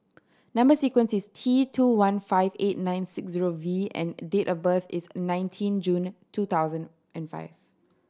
number sequence is T two one five eight nine six zero V and date of birth is nineteen June two thousand and five